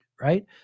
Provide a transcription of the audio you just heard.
right